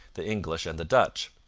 the english, and the dutch.